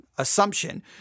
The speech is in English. assumption